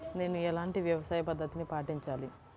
నేను ఎలాంటి వ్యవసాయ పద్ధతిని పాటించాలి?